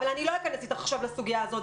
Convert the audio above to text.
אבל אני לא אכנס איתך עכשיו לסוגיה הזו,